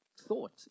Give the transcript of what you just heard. thought